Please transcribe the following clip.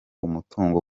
umutungo